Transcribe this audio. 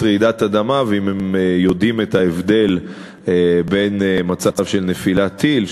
רעידת אדמה ואם הם יודעים את ההבדל בין מצב של נפילת טיל,